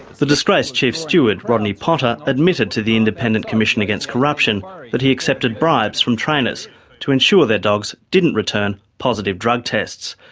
the disgraced chief steward, rodney potter, admitted to the independent commission against corruption that he accepted bribes from trainers to ensure their dogs didn't return positive drug tests.